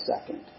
second